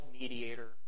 mediator